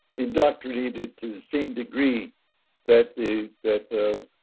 indoctrinated to the same degree that the that the